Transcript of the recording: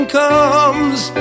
comes